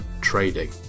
trading